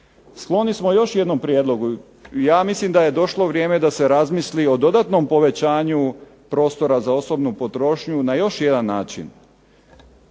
Skloni smo još jednom prijedlogu, ja mislim da je došlo vrijeme da se razmisli o dodatnom povećanju prostora za osobnu potrošnju na još jedan način.